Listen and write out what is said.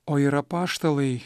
o ir apaštalai